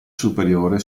superiore